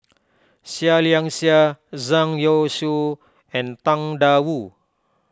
Seah Liang Seah Zhang Youshuo and Tang Da Wu